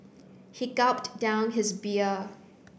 he gulped down his beer